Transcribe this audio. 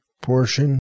portion